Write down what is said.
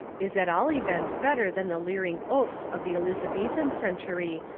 is at all events better than the leering oafs of the elizabethan century,